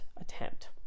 attempt